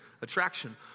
attraction